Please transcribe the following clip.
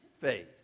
faith